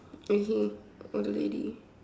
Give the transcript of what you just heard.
okay all already